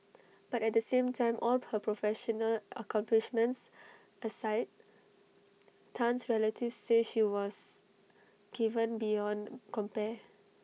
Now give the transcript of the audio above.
but at the same time all her professional accomplishments aside Tan's relatives say she was giving beyond compare